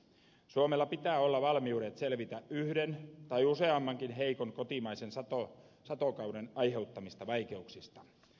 suomella pitää olla valmiudet selvitä yhden tai useammankin heikon kotimaisen satokauden aiheuttamista vaikeuksista